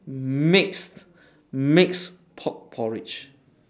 mixed mixed pork porridge